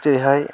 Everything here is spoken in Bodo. जेरैहाय